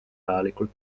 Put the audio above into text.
vajalikul